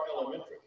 Elementary